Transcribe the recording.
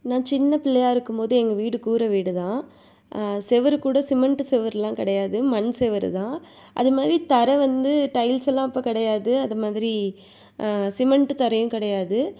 நான் சின்னப் பிள்ளையாக இருக்கும்போது எங்கள் வீடு கூரை வீடு தான் செவுரு கூட சிமெண்ட்டு செவுருலாம் கிடையாது மண் செவுரு தான் அதே மாரி தர வந்து டைல்ஸ் எல்லாம் அப்போ கிடையாது அதை மாதிரி சிமெண்ட்டு தரையும் கிடையாது